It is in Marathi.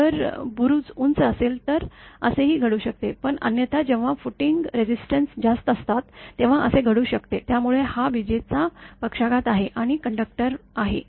जर बुरूज उंच असेल तर असेही घडू शकते पण अन्यथा जेव्हा फूटिंग रेझिस्टन्स जास्त असतात तेव्हा असे घडू शकते त्यामुळे हा विजेचा पक्षाघात आहे आणि कंडक्टरवर आहे